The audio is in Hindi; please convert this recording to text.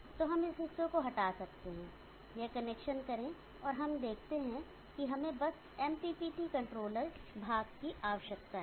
तो हम इस हिस्से को हटा सकते हैं यह कनेक्शन करें और हम देखते हैं कि हमें बस MPPT कंट्रोलर भाग की आवश्यकता है